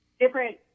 different